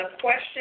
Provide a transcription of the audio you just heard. question